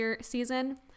season